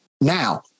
now